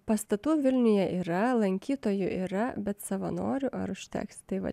pastatų vilniuje yra lankytojų yra bet savanorių ar užteks tai va